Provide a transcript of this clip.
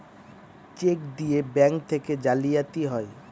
check দিয়ে bank থেকে জালিয়াতি হয়